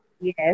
Yes